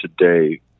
today